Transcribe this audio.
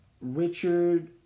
Richard